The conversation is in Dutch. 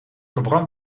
verbrand